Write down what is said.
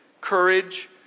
Courage